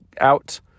out